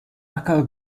acker